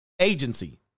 Agency